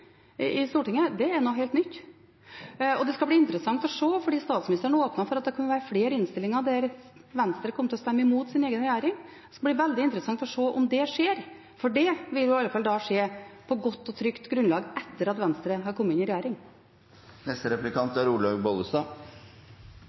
i Stortinget, når en har kommet i regjering, er noe helt nytt. Statsministeren åpnet for at det kan være flere innstillinger der Venstre kommer til å stemme imot sin egen regjering. Det skal bli veldig interessant å se om det skjer, for det vil i alle fall da skje på godt og trygt grunnlag etter at Venstre har kommet inn i